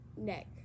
neck